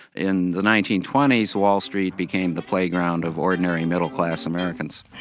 in the nineteen twenty s, wall street became the playground of ordinary, middle-class americans.